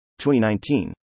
2019